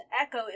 echo